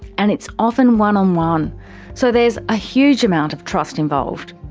and it's often one on one so there's a huge amount of trust involved.